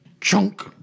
chunk